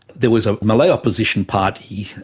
there was a malay opposition party,